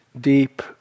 deep